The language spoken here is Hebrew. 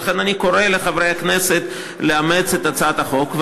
לכן אני קורא לחברי הכנסת לאמץ את הצעת החוק,